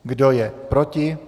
Kdo je proti?